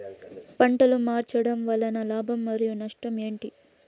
పంటలు మార్చడం వలన లాభం మరియు నష్టం ఏంటి